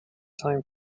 time